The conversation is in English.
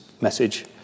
message